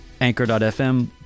anchor.fm